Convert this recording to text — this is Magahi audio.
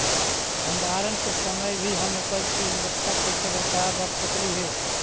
भंडारण के समय भी हम उपज की गुणवत्ता कैसे बरकरार रख सकली हे?